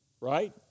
right